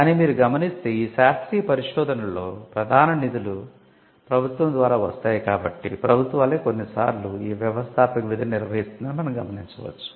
కానీ మీరు గమనిస్తే ఈ శాస్త్రీయ పరిశోధనలో ప్రధాన నిధులు ప్రభుత్వం ద్వారా వస్తాయి కాబట్టి ప్రభుత్వాలే కొన్నిసార్లు ఈ 'వ్యవస్థాపక విధి'ని నిర్వహిస్తుందని మనం గమనించవచ్చు